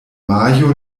majo